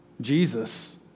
Jesus